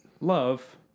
love